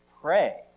pray